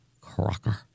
crocker